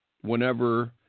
whenever